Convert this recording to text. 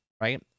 Right